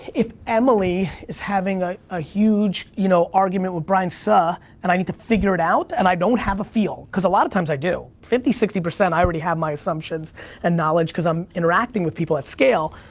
if emily is having ah a huge, you know, argument with brian suh, and i need to figure it out, and i don't have a feel, cause a lot of times i do, fifty, sixty, i already have my assumptions and knowledge cause i'm interacting with people at scale.